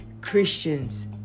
Christians